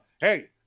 hey